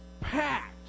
packed